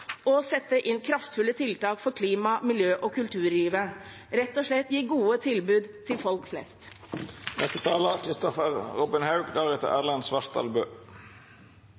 inn kraftfulle tiltak for klima, miljø og kulturlivet – rett og slett gi gode tilbud til folk flest.